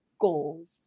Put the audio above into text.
goals